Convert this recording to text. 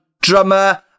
drummer